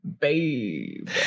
babe